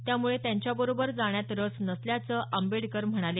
त्यामुळे त्यांच्याबरोबर जाण्यात रस नसल्याचं आंबेडकर म्हणाले